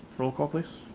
roll call please.